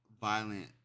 violent